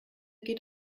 geht